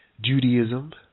Judaism